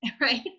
right